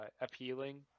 appealing